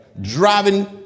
Driving